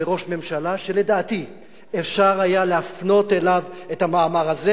בראש ממשלה שלדעתי אפשר היה להפנות אליו את המאמר הזה